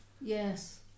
Yes